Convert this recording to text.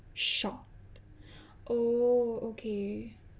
shocked oh okay